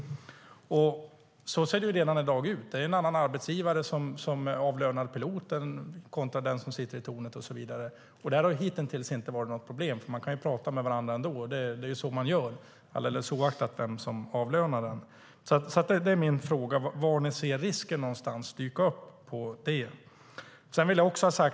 Och så ser det ut redan i dag. Det är olika arbetsgivare som avlönar piloten respektive den som sitter i tornet och så vidare. Detta har hittills inte varit något problem. Man kan prata med varandra ändå. Det är så man gör, oavsett vem som avlönar en. Var ser ni risken dyka upp?